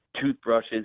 toothbrushes